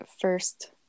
first